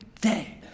day